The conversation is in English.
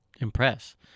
impress